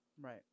Right